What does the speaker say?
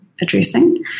addressing